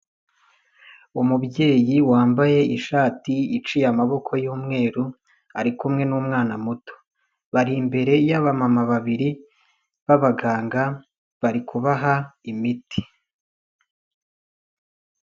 Umubyeyi wambaye ishati iciye amaboko y'umweru ari kumwemwe n'umwana muto, bari imbere y'abamama babiri b'abaganga bari kubaha imiti.